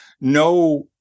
no